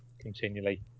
continually